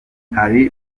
hari